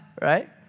right